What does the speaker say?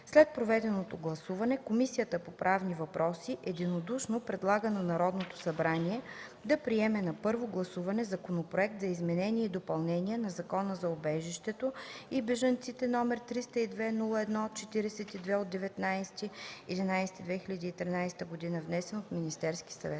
След проведеното гласуване Комисията по правни въпроси единодушно предлага на Народното събрание да приеме на първо гласуване Законопроект за изменение и допълнение на Закона за убежището и бежанците № 302-01-42 от 19 ноември 2013 г., внесен от Министерския съвет.”